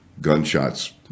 Gunshots